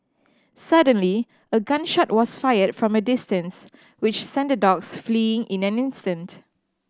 suddenly a gun shot was fired from a distance which sent the dogs fleeing in an instant